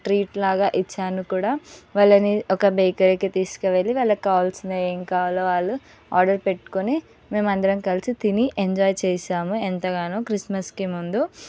treat లాగా ఇచ్చాను కూడా వాళ్ళని ఒక బేకరీకి తీసుకు వెళ్ళి వాళ్ళకు కావాల్సినవి ఏం కావాలో వాళ్ళు ఆర్డర్ పెట్టుకొని మేమందరం కలిసి తిని ఎంజాయ్ చేసాము ఎంతగానో క్రిస్మస్కి ముందు